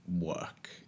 work